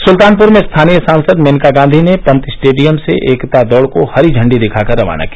सुल्तानपुर में स्थानीय सांसद मेनका गांधी ने पंत स्टेडियम से एकता दौड़ को हरी झंडी दिखाकर रवाना किया